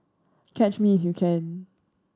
catch me you can